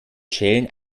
schälen